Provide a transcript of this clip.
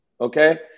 okay